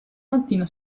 mattina